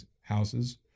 houses